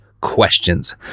questions